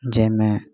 जाहिमे